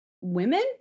women